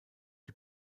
die